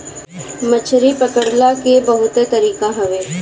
मछरी पकड़ला के बहुते तरीका हवे